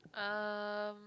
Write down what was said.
um